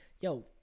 Yo